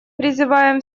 призываем